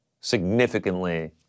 significantly